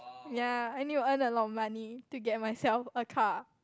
ya I need to earn a lot of money to get myself a car